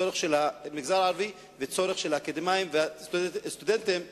צורך של המגזר הערבי וצורך של האקדמאים והסטודנטים הערבים,